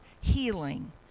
healing